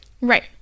Right